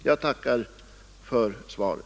Jag tackar för svaret.